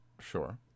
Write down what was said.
Sure